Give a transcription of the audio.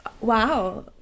Wow